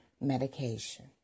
medication